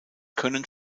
können